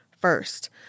first